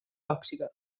tòxica